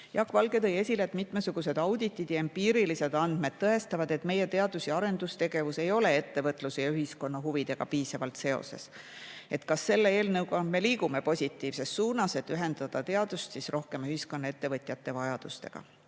Valge tõi esile, et mitmesugused auditid ja empiirilised andmed tõestavad, et meie teadus- ja arendustegevus ei ole ettevõtluse ja ühiskonna huvidega piisavalt seotud. Ta küsis, kas selle eelnõuga me liigume positiivses suunas, et ühendada teadust rohkem ühiskonna, ettevõtjate vajadustega.